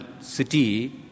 city